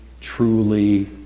truly